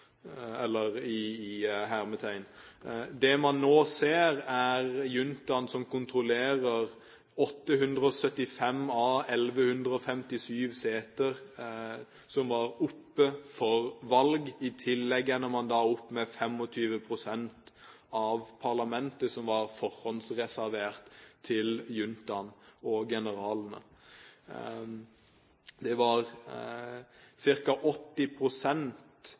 Det man nå ser, er at juntaen kontrollerer 875 av 1 157 seter som var oppe til valg. I tillegg ender man opp med 25 pst. av parlamentet, som var forhåndsreservert til juntaen og generalene. Ca. 80 pst. av alle stemmer gikk til juntaen totalt sett. Likevel var